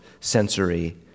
sensory